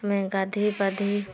ଆମେ ଗାଧୋଇ ପାଧୋଇ